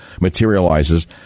materializes